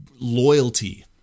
loyalty